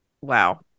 Wow